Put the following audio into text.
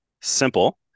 simple